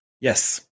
Yes